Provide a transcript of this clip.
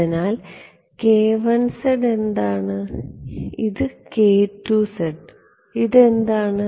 അതിനാൽ എന്താണ് ഇത് എന്താണ്